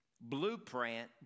blueprint